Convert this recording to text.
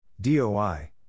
DOI